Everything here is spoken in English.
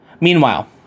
Meanwhile